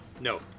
No